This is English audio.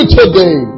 today